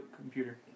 computer